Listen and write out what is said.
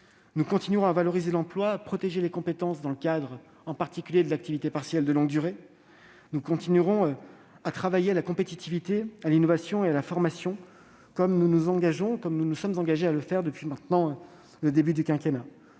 Nous continuerons à valoriser l'emploi, à protéger les compétences, en particulier dans le cadre de l'activité partielle de longue durée. Nous continuerons à travailler à la compétitivité, à l'innovation et à la formation, comme nous nous sommes engagés à le faire depuis le début du quinquennat.